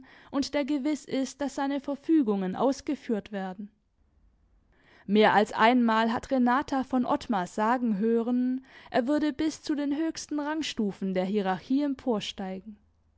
und der gewiß ist daß seine verfügungen ausgeführt werden mehr als einmal hat renata von ottmar sagen hören er würde bis zu den höchsten rangstufen der hierarchie emporsteigen